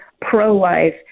pro-life